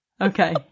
Okay